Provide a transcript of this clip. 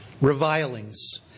revilings